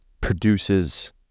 produces